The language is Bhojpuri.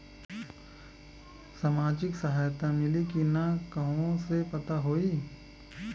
सामाजिक सहायता मिली कि ना कहवा से पता होयी?